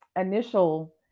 initial